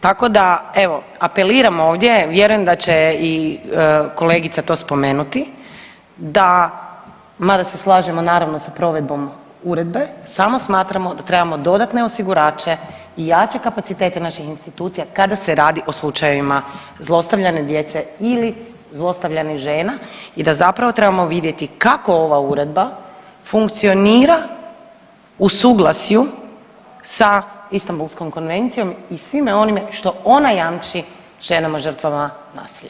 Tako da evo apeliram ovdje, a vjerujem da će i kolegica to spomenuti da mada se slažemo sa provedbo uredbe, samo smatramo da trebamo dodatne osigurače i jače kapacitete naših institucija kada se radi o slučajevima zlostavljane djece ili zlostavljanih žena i da zapravo trebamo vidjeti kako ova uredba funkcionira u suglasju sa Istanbulskom konvencijom i sa svime onime što ona jamči ženama žrtvama nasilja.